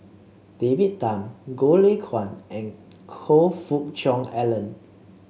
David Tham Goh Lay Kuan and Choe Fook Cheong Alan